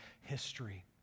history